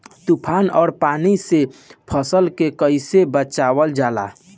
तुफान और पानी से फसल के कईसे बचावल जाला?